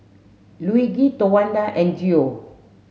Luigi Towanda and Geo